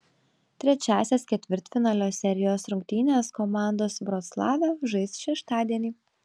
trečiąsias ketvirtfinalio serijos rungtynes komandos vroclave žais šeštadienį